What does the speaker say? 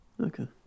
Okay